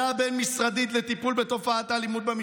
בשנת 2014 הוחלט על הקמת ועדה בין-משרדית לטיפול בתופעת האלימות במשפחה.